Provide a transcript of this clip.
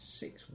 six